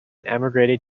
emigrated